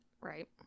Right